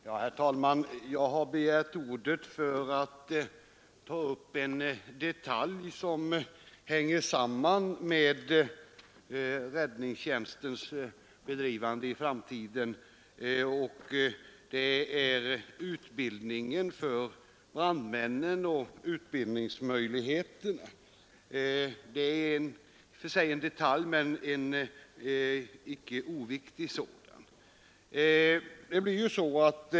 Herr talman! Jag har begärt ordet för att ta upp en debatt som hänger samman med räddningstjänstens bedrivande i framtiden. Det gäller en detalj i samband med förutsättningarna för brandmännens utbildning, men det är en icke oviktig detalj.